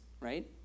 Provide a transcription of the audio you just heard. right